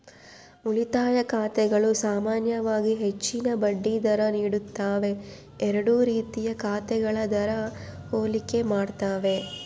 ಉಳಿತಾಯ ಖಾತೆಗಳು ಸಾಮಾನ್ಯವಾಗಿ ಹೆಚ್ಚಿನ ಬಡ್ಡಿ ದರ ನೀಡುತ್ತವೆ ಎರಡೂ ರೀತಿಯ ಖಾತೆಗಳ ದರ ಹೋಲಿಕೆ ಮಾಡ್ತವೆ